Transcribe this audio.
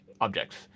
objects